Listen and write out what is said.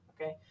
okay